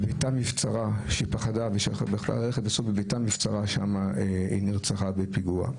ביתה מבצרה, שם היא נרצחה בפיגוע.